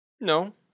No